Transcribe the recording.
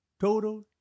total